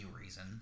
reason